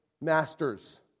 masters